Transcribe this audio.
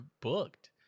booked